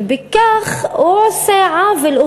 ובכך הוא עושה עוול,